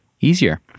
easier